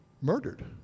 murdered